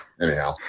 Anyhow